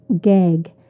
Gag